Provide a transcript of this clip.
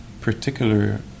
particular